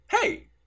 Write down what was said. hey